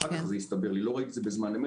אחר כך זה הסתבר לי, לא ראיתי את זה בזמן אמת.